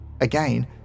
Again